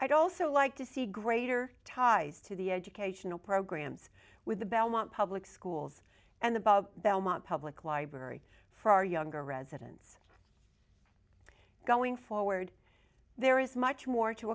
i'd also like to see greater ties to the educational programs with the belmont public schools and the belmont public library for our younger residents going forward there is much more to